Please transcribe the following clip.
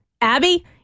Abby